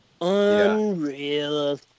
Unreal